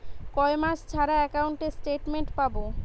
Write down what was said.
কয় মাস ছাড়া একাউন্টে স্টেটমেন্ট পাব?